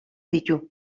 ditu